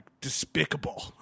despicable